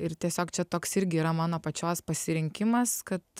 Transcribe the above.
ir tiesiog čia toks irgi yra mano pačios pasirinkimas kad